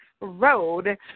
Road